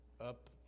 up